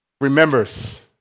remembers